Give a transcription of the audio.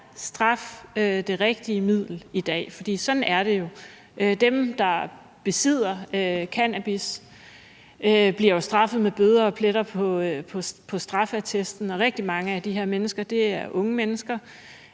straf det rigtige middel i dag? For sådan er det jo. Dem, der besidder cannabis, bliver straffet med bøder og pletter på straffeattesten. Og rigtig mange af de her mennesker er unge mennesker,